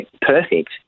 perfect